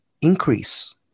increase